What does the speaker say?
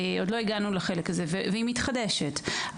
והיא מתחדשת.